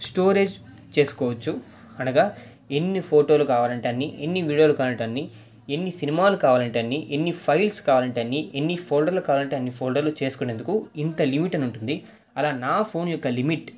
storage చేసుకోవచ్చు అనగా ఎన్ని ఫోటోలు కావాలంటే అన్ని ఎన్ని వీడియోలు కావాలంటే అన్నీ ఎన్ని సినిమాలు కావాలంటే ఎన్ని ఫైల్స్ కావాలంటే అన్ని ఎన్ని ఫోల్డర్స్ కావాలంటే అన్ని ఫోల్డర్స్ చేసుకునేందుకు ఇంత లిమిట్ అని ఉంటుంది అలా నా ఫోన్ యొక్క లిమిట్